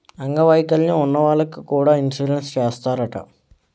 అంగ వైకల్యం ఉన్న వాళ్లకి కూడా ఇన్సురెన్సు చేస్తారట